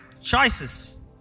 choices